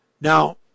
Now